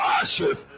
ashes